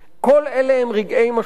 כל אלה הם רגעי משמעות.